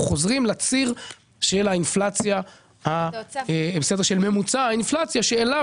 אנחנו רק חוזרים לציר של ממוצע האינפלציה שאליו